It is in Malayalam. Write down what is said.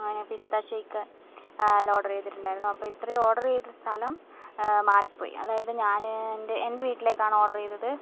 അങ്ങനെ പിസ്താ ഷെയ്ക്ക് എല്ലാം ഓർഡർ ചെയ്തിട്ടുണ്ടായിരുന്നു അപ്പം ഇത്രയും ഓർഡർ ചെയ്ത സ്ഥലം മാറിപ്പോയി അതായത് ഞാൻ എൻ്റെ എൻ്റെ വീട്ടിലേക്കാണ് ഓർഡർ ചെയ്തത്